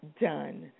done